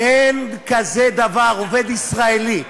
אין כזה דבר, עובד ישראלי.